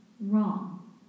wrong